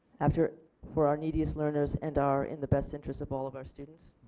after for our neediest learners and are in the best interest of all of our students.